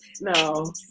No